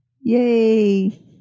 Yay